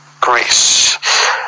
grace